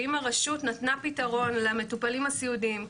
ואם הרשות נתנה פתרון למטופלים הסיעודיים,